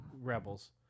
Rebels